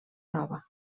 nova